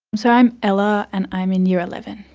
so i'm ella and i'm in year eleven.